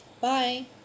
Bye